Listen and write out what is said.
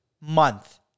month